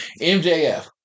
MJF